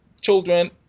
children